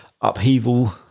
upheaval